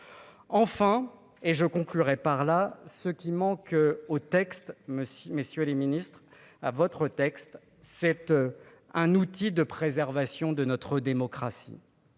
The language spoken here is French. enfin et je conclurai par là ce qui manque au texte mais si, messieurs les Ministres, à votre texte cette un outil de préservation de notre démocratie